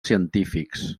científics